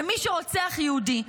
ומי שרוצח יהודי,